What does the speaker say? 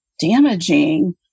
damaging